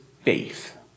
faith